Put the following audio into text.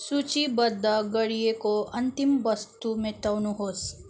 सूचीबद्ध गरिएको अन्तिम वस्तु मेट्टाउनुहोस्